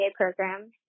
program